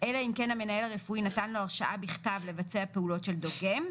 אלא אם כן המנהל הרפואי נתן לו הרשאה בכתב לבצע פעולות של דוגם,